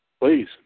Please